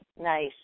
nice